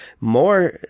more